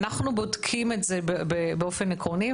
אנחנו בודקים את זה באופן עקרוני,